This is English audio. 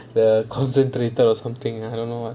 the concentrated or something I don't know